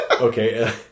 Okay